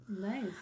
Nice